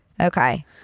Okay